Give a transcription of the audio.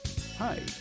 Hi